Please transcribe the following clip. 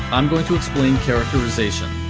i'm going to explain characterization.